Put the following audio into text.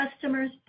customers